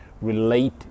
relate